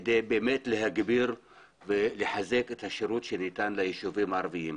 כדי להגביר ולחזק את השירות שניתן לישובים הערביים.